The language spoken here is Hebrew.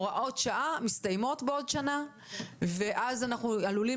הוראות שעה מסתיימות בעוד שנה ואז אנחנו עלולים